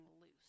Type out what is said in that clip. loose